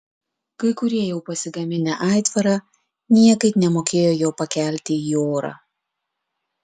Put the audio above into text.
kai kurie jau pasigaminę aitvarą niekaip nemokėjo jo pakelti į orą